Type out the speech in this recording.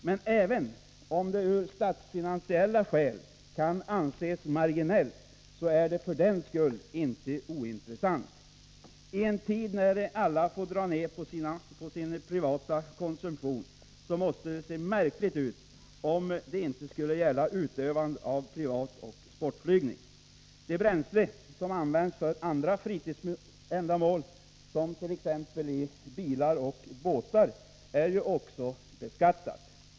Men även om det av statsfinansiella skäl kan anses marginellt är det för den skull inte ointressant. I en tid när alla får dra ned på sin privata konsumtion måste det se märkligt ut, om detta inte skulle gälla utövandet av privatoch sportflygning. Det bränsle som används för andra fritidsändamål, t.ex. i bilar och båtar, är också beskattat.